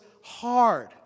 hard